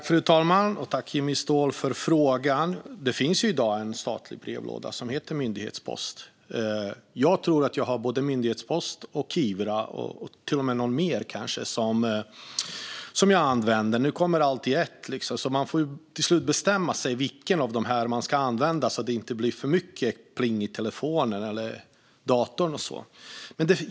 Fru talman! Jag tackar Jimmy Ståhl för frågan. Det finns i dag en statlig brevlåda som heter Min myndighetspost. Jag använder nog både den, Kivra och till och med någon mer, men jag får nog snart bestämma mig för vilken av dem jag ska använda så att det inte blir för mycket pling i telefonen och datorn.